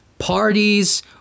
parties